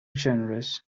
generous